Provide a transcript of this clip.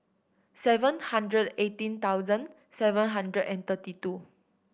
seven hundred eighteen thousand seven hundred and thirty two